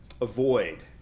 avoid